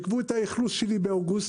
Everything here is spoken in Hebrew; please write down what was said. עכבו את האכלוס שלי באוגוסט,